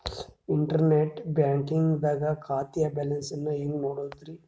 Internet banking ದಾಗ ಖಾತೆಯ balance ನ ಹೆಂಗ್ ನೋಡುದ್ರಿ?